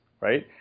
right